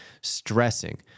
stressing